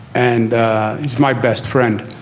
and he's my best friend.